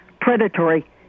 predatory